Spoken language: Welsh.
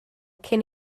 cyn